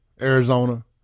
Arizona